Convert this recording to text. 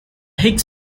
higgs